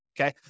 okay